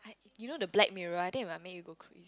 you know the Black Mirror think it might make you go crazy